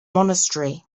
monastery